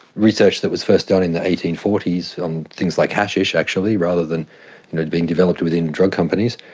research that was first done in the eighteen forty s on things like hashish actually, rather than and it being developed within drug companies.